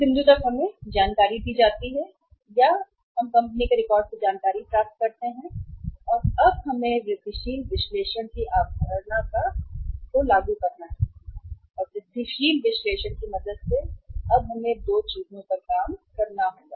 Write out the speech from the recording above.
इस बिंदु तक हमें दिया जाता है जानकारी या हमने कंपनी के रिकॉर्ड से जानकारी प्राप्त की है और अब हमें करना है वृद्धिशील विश्लेषण की अवधारणा को लागू करें और वृद्धिशील विश्लेषण की मदद से हम अब 2 चीजों पर काम करना होगा